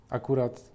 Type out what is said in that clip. akurat